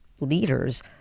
leaders